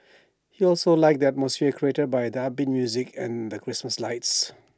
he also liked the atmosphere created by the upbeat music and the Christmas lights